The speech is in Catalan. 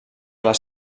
les